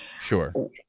sure